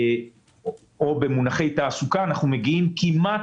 או במונחי תעסוקה אנחנו מגיעים כמעט